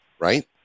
Right